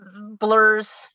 blurs